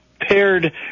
paired